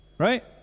right